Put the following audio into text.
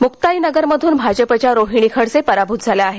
मुक्ताइनगर मधून भाजपच्या रोहिणी खडसे पराभूत झाल्या आहेत